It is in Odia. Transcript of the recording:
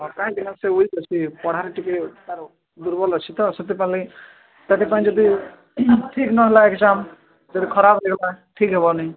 ହଁ କାହିଁକି ନା ସେ ଉଇକ୍ ଅଛି ପଢ଼ାରେ ଟିକେ ତା'ର ଦୁର୍ବଳ ଅଛି ତ ସେଥିପାଇଁ ଯଦି ଠିକ୍ ନହେଲା ଏକଜାମ୍ ଖରାପ ହେବ ଠିକ୍ ହେବନି